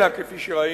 אלא, כפי שראינו,